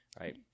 right